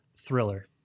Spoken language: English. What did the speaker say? thriller